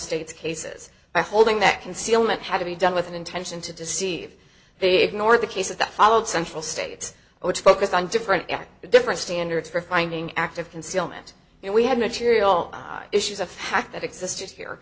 states cases by holding that concealment had to be done with an intention to deceive the north the cases that followed central state which focused on different act different standards for finding active concealment and we had material issues of fact that existed here